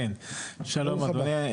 שלום אדוני,